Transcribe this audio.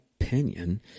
opinion